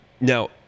now